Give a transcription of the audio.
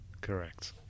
Correct